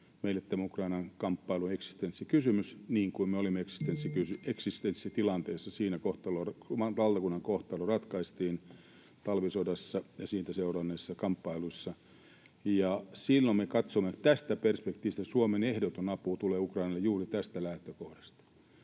meille tämä Ukrainan kamppailu on eksistenssikysymys, niin kuin me olimme eksistenssitilanteessa, kun talvisodassa ja sitä seuranneissa kamppailuissa valtakunnan kohtalo ratkaistiin. Silloin me katsomme tästä perspektiivistä, ja Suomen ehdoton apu Ukrainalle tulee juuri tästä lähtökohdasta.